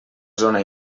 zona